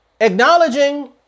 Acknowledging